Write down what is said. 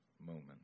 moment